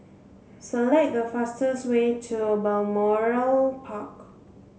select the fastest way to Balmoral Park